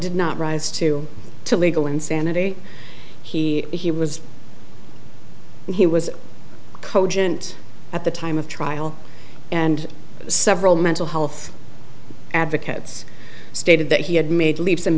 did not rise to the legal insanity he he was he was cogent at the time of trial and several mental health advocates stated that he had made leaps and